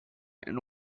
and